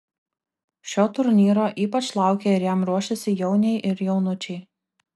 šio turnyro ypač laukia ir jam ruošiasi jauniai ir jaunučiai